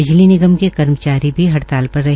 बिजली निगम के कर्मचारी भी हड़ताल पर रहे